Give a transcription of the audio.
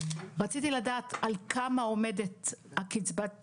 רציתי לדעת: על כמה עומדת קצבת הקיום?